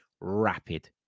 rapid